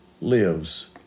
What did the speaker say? lives